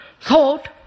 Thought